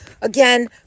again